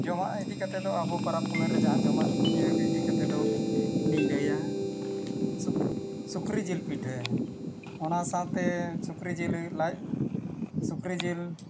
ᱡᱚᱢᱟᱜ ᱤᱫᱤ ᱠᱟᱛᱮᱫ ᱫᱚ ᱟᱵᱚ ᱯᱚᱨᱚᱵᱽ ᱯᱩᱱᱟᱹᱭ ᱨᱮ ᱡᱟᱦᱟᱸ ᱡᱚᱢᱟᱜ ᱤᱭᱟᱹ ᱤᱫᱤ ᱠᱟᱛᱮᱫ ᱫᱚᱞᱤᱧ ᱞᱟᱹᱭᱟ ᱥᱩᱠᱨᱤᱡᱤᱞ ᱯᱤᱴᱷᱟᱹ ᱚᱱᱟ ᱥᱟᱶᱛᱮ ᱥᱩᱠᱨᱤ ᱡᱤᱞ ᱞᱟᱡ ᱥᱩᱠᱨᱤ ᱡᱤᱞ